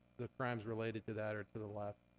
the crimes related to that are to the left.